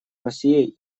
россией